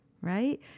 right